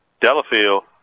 Delafield